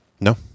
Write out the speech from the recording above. No